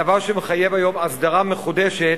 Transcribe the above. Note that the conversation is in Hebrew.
דבר שמחייב היום הסדרה מחודשת